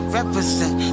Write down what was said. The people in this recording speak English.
Represent